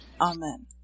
Amen